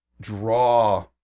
draw